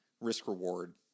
Risk-reward